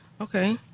okay